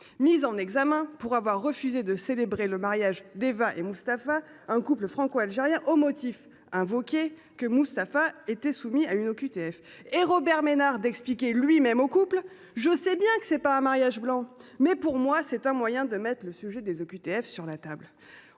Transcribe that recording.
mis en examen pour avoir refusé de célébrer le mariage d’Éva et de Mustapha, un couple franco algérien, au motif que Mustapha était soumis à une OQTF. Et Robert Ménard d’expliquer au couple :« Je sais bien que ce n’est pas un mariage blanc, mais pour moi c’est un moyen de mettre le sujet des OQTF sur la table. »